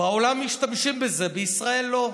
בעולם משתמשים בזה, בישראל לא.